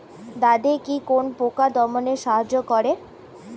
দাদেকি কোন পোকা দমনে সাহায্য করে?